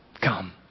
come